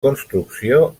construcció